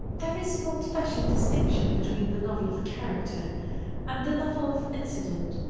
there is an old-fashioned distinction between the novel of character and the novel of incident,